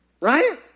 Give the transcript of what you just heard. right